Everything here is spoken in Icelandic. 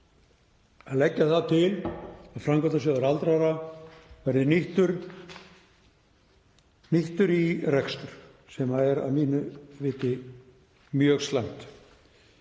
að leggja það til að Framkvæmdasjóður aldraðra verði nýttur í rekstur sem er að mínu viti mjög slæmt.